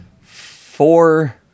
four